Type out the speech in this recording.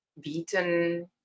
beaten